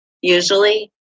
Usually